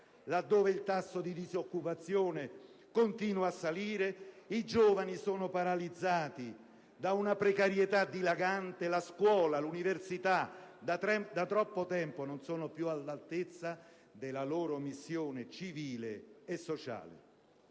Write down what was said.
laddove il tasso di disoccupazione continua a salire, i giovani sono paralizzati da una precarietà dilagante e la scuola e l'università da troppo tempo non sono più all'altezza della loro missione civile e sociale.